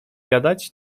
gadać